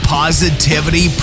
positivity